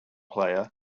player